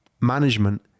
management